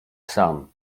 sam